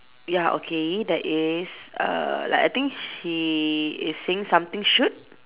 ya okay there is err like I think he is saying something shoot